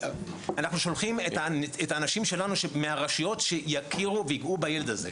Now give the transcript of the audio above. אנחנו שולחים את האנשים שלנו שמהרשויות שיכירו ויגעו בילד הזה,